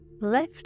left